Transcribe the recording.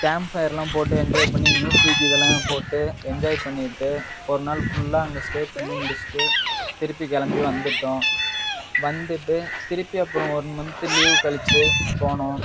camp ஃபயர்லாம் போட்டு enjoy பண்ணி மியூசிக் இதெல்லாம் போட்டு என்ஜாய் பண்ணிட்டு ஒரு நாள் ஃபுல்லா அங்கே ஸ்டே பண்ணி முடிச்சிட்டு திருப்பி கிளம்பி வந்துட்டோம் வந்துட்டு திருப்பி அப்புறம் ஒன் மந்த்து லீவ் கழிச்சி போனோம்